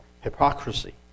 Hypocrisy